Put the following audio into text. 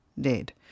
dead